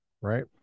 right